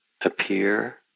appear